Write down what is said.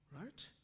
Right